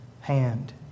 hand